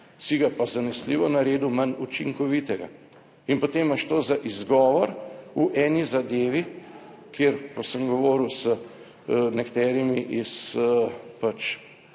si ga pa zanesljivo naredil manj učinkovitega. In potem imaš to za izgovor v eni zadevi kjer, pa sem govoril z nekaterimi iz